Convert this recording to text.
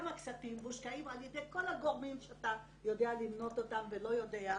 כמה כספים מושקעים על ידי כל הגורמים שאתה יודע למנות אותם ולא יודע,